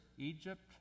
Egypt